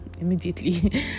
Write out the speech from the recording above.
immediately